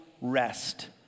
rest